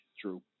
True